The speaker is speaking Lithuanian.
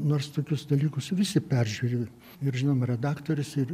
nors tokius dalykus visi peržiūri ir žinoma redaktorius ir